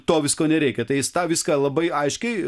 to visko nereikia tai jis tą viską labai aiškiai